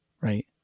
right